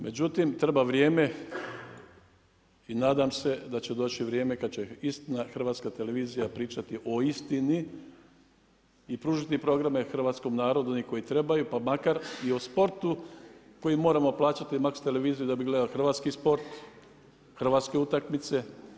Međutim treba vrijeme i nadam se da će doći vrijeme kad će istina HRT pričati o istini i pružiti programe hrvatskom narodu, oni koji trebaju pa makar i o sportu koji moramo plaćati MAX tv da bi gledali hrvatski sport, hrvatske utakmice.